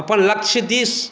अपन लक्ष्य दिस